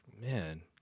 Man